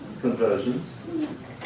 conversions